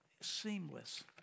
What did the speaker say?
seamless